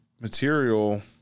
material